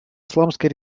исламская